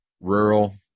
rural